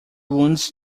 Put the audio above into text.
wounds